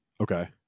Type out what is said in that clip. Okay